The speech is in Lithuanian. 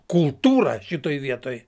kultūra šitoj vietoj